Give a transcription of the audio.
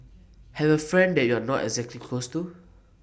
have A friend that you're not exactly close to